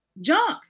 Junk